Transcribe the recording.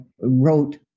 wrote